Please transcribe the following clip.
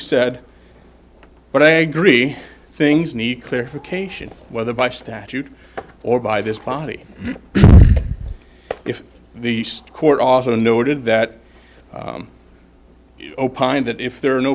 said but i agree things need clarification whether by statute or by this body if the east court also noted that you opined that if there are no